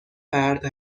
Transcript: فرد